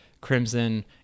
crimson